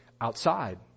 outside